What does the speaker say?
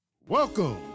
Welcome